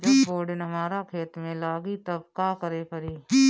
जब बोडिन हमारा खेत मे लागी तब का करे परी?